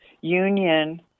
union